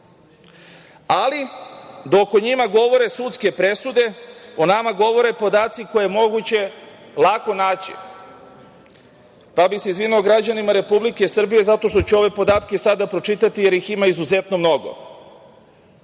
Ali, dok o njima govore sudske presude, o nama govore podaci koje je moguće lako naći. Izvinio bih se građanima Republike Srbije zato što ću ove podatke sada pročitati, jer ih ima izuzetno mnogo.